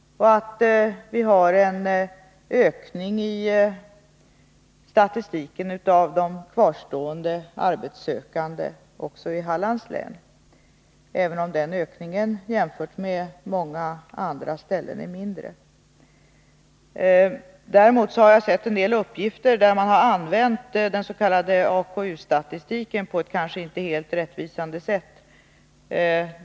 Vi har en ökning i statistiken för de kvarstående arbetssökande också i Hallands län, även om den ökningen är mindre än på andra ställen. Däremot har jag sett en del uppgifter där man använt den s.k. AKU-statistiken på ett kanske inte helt rättvisande sätt.